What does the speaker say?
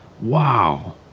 Wow